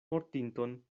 mortinton